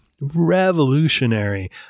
revolutionary